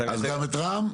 אז גם את רע"מ?